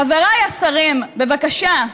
חבריי השרים, בבקשה.